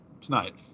Tonight